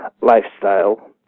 lifestyle